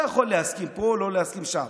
אתה יכול להסכים פה, לא להסכים שם.